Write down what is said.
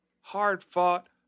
hard-fought